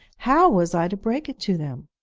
how was i to break it to them?